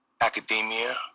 academia